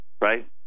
Right